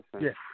yes